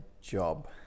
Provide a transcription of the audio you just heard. job